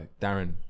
darren